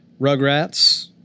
Rugrats